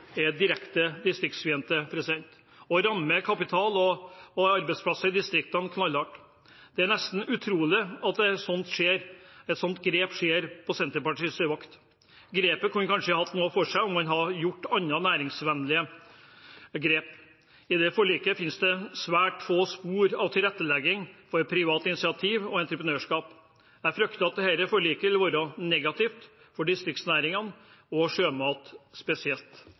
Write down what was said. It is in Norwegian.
og arbeidsplassene i distriktene knallhardt. Det er nesten utrolig at et slikt grep tas på Senterpartiets vakt. Grepet kunne kanskje hatt noe for seg om man hadde tatt andre, næringsvennlige grep. I dette forliket finnes det svært få spor av tilrettelegging for privat initiativ og entreprenørskap. Jeg frykter at dette forliket vil være negativt for distriktsnæringene og spesielt